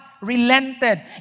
relented